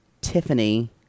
Tiffany